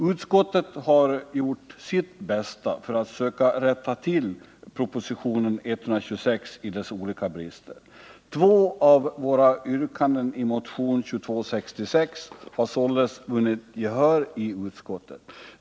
Utskottet har gjort sitt bästa för att söka rätta till propositionen 1978 79:2266 har således vunnit gehör i utskottet.